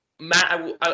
Matt